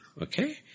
okay